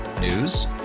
News